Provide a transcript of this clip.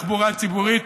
חבר הכנסת יואל חסון,